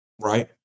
Right